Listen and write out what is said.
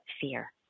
fear